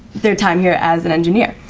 their time here as an engineer.